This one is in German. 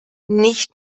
nicht